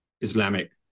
islamic